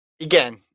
Again